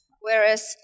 whereas